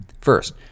First